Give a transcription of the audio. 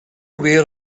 aware